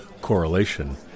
correlation